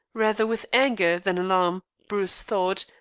rather with anger than alarm, bruce thought,